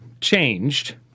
changed